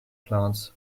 plants